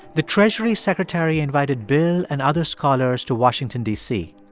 the treasury secretary invited bill and other scholars to washington, d c.